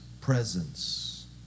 presence